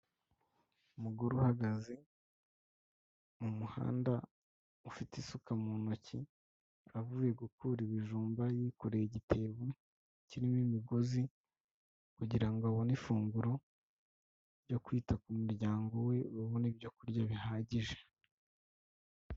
Umugore uhagaze mu muhanda ufite isuka mu ntoki, avuye gukura ibijumba yikoreye igitebo kirimo imigozi kugira ngo abone ifunguro ryo kwita ku muryango we babona ibyo kurya bihagije.